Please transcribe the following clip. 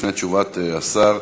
לפני תשובת השר,